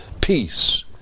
Peace